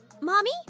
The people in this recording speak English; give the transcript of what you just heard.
Mommy